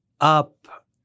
Up